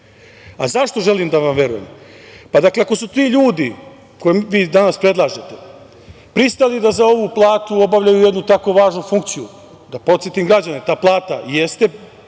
želim da vam verujem? Pa, dakle, ako su ti ljudi, koje vi danas predlažete, pristali da za ovu platu obavljaju jednu tako važnu funkciju, da podsetim građane, ta plata jeste